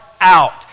out